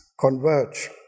converge